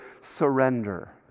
surrender